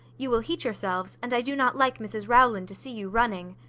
you will heat yourselves, and i do not like mrs rowland to see you running.